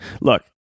Look